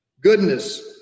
goodness